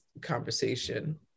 conversation